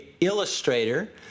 illustrator